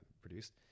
produced